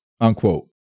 unquote